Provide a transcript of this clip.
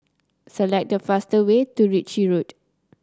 select the fastest way to Ritchie Road